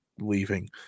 leaving